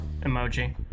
emoji